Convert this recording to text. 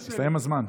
הסתיים הזמן.